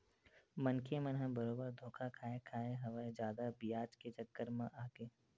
मनखे मन ह बरोबर धोखा खाय खाय हवय जादा बियाज के चक्कर म आके